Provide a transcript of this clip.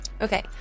okay